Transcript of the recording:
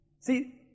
See